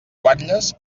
guatlles